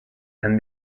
and